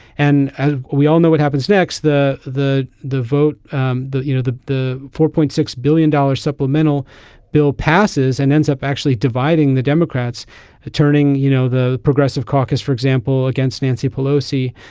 and as we all know what happens next. the the the vote um the you know the four point six billion dollars supplemental bill passes and ends up actually dividing the democrats ah turning you know the progressive caucus for example against nancy pelosi.